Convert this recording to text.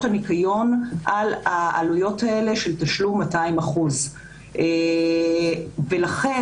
הניקיון על העלויות האלה של תשלום 200%. ולכן,